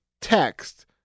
text